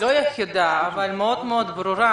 לא היחידה, אבל מאוד-מאוד ברורה